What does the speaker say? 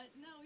no